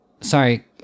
sorry